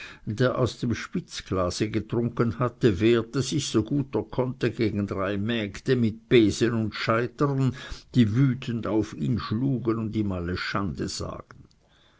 der aus dem spitzglase getrunken hatte wehrte sich so gut er konnte gegen drei mägde mit besen und scheitern die wütend auf ihn zuschlugen und ihm alle schande sagten